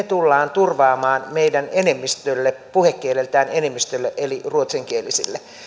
tullaan turvaamaan meidän puhekieleltään enemmistölle eli ruotsinkielisille